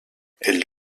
elles